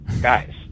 guys